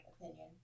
opinion